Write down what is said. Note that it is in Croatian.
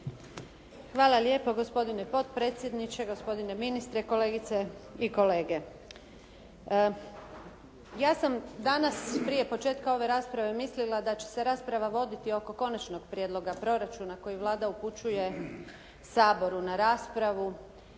Hvala lijepo. Gospodine potpredsjedniče, gospodine ministre, kolegice i kolege. Ja sam danas prije početka ove rasprave mislila da će se rasprava voditi oko konačnog prijedloga proračuna koji Vlada upućuje Saboru na raspravu.